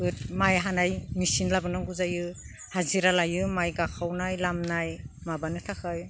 माइ हानाय मेचिन लाबो नांगौ जायो हाजिरा लायो माइ गाखावनाय लामनाय माबानो थाखाय